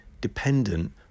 dependent